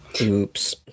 oops